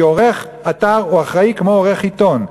כי עורך הוא אחראי כמו עורך עיתון,